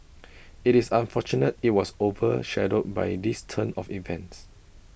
IT is unfortunate IT was over shadowed by this turn of events